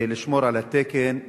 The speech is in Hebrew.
לשמור על התקן,